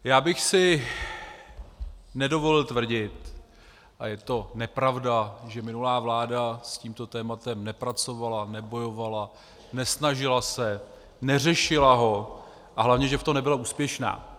Já bych si nedovolil tvrdit, a je to nepravda, že minulá vláda s tímto tématem nepracovala, nebojovala, nesnažila se, neřešila ho a hlavně, že v tom nebyla úspěšná.